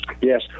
Yes